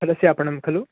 फलस्य आपणं खलु